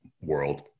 world